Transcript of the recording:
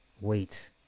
Wait